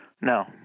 no